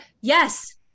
Yes